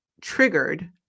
triggered